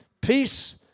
Peace